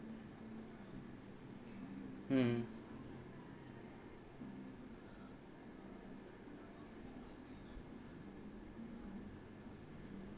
mm